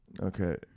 Okay